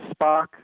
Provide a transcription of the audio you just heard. Spock